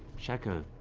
check a